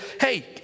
Hey